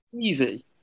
easy